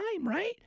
right